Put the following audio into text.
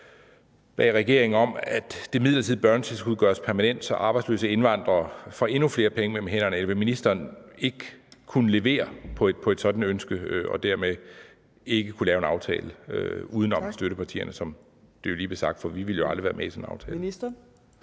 bag regeringen om, at det midlertidige børnetilskud gøres permanent, så arbejdsløse indvandrere får endnu flere penge mellem hænderne? Eller vil ministeren ikke kunne levere på et sådant ønske og dermed ikke kunne lave en aftale uden om støttepartierne, som det jo lige blev sagt, for vi ville jo aldrig være med i sådan en aftale?